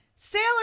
Sailor